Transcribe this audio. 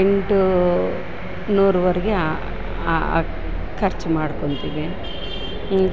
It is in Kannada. ಎಂಟು ನೂರ ವರ್ಗೆ ಆ ಆ ಖರ್ಚ್ ಮಾಡ್ಕೊಳ್ತೀವಿ